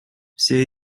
все